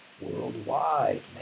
worldwide